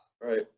Right